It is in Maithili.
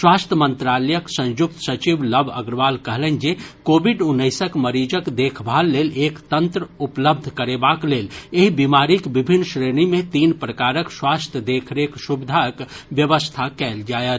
स्वास्थ्य मंत्रालयक संयुक्त सचिव लव अग्रवाल कहलनि जे कोविड उन्नैसक मरीजक देखभाल लेल एक तंत्र उपलब्ध करेबाक लेल एहि बीमारीक विभिन्न श्रेणी मे तीन प्रकारक स्वास्थ्य देखरेख सुविधाक व्यवस्था कयल जायत